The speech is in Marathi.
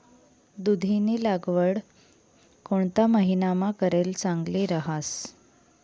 दुधीनी लागवड कोणता महिनामा करेल चांगली रहास